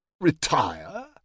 Retire